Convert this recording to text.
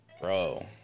bro